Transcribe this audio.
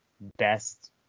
best